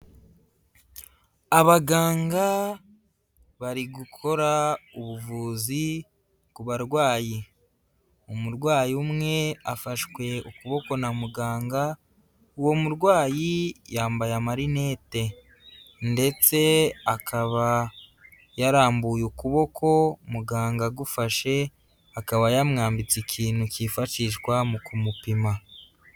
Abaganga bari gukora ubuvuzi ku barwayi, umurwayi umwe afashwe ukuboko na muganga, uwo murwayi yambaye amarinete ndetse akaba yarambuye ukuboko muganga agufashe akaba yamwambitse ikintu kifashishwa mu kumupima.